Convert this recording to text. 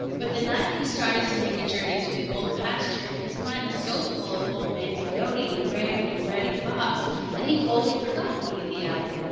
but the night he started to make a journey to the old pasture, his mind was so full of old man coyote and granny and reddy fox that he wholly forgot hooty the owl.